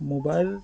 mobile